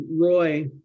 Roy